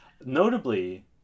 Notably